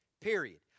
Period